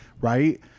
right